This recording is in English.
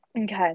Okay